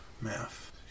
Math